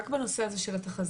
רק בנושא הזה של התחזיות,